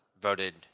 voted